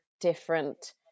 different